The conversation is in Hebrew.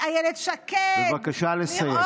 אילת שקד, בבקשה לסיים.